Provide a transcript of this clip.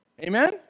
Amen